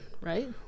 right